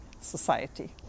society